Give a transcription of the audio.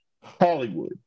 Hollywood